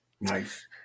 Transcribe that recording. nice